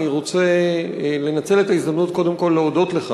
אני רוצה לנצל את ההזדמנות קודם כול להודות לך